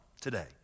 today